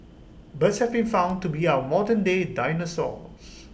birds have been found to be our modernday dinosaurs